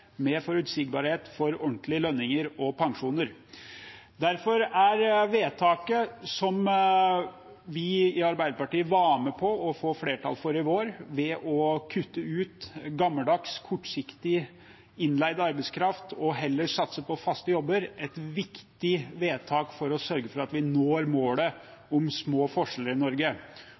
med forutsigbarhet for ordentlige lønninger og pensjoner. Derfor er vedtaket som vi i Arbeiderpartiet var med på å få flertall for i går, om å kutte ut gammeldags, kortsiktig innleid arbeidskraft og heller satse på faste jobber, et viktig vedtak for å sørge for at vi når målet om små forskjeller i Norge.